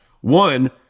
One